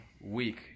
week